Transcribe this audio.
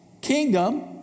Kingdom